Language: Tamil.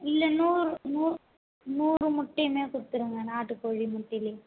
இல்லை நூ நூறு நூறு முட்டையுமே கொடுத்துடுங்க நாட்டு கோழி முட்டையில்